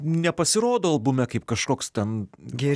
nepasirodo albume kaip kažkoks ten